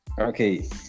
Okay